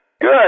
Good